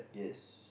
yes